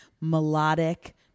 melodic